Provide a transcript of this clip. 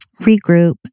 regroup